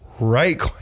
right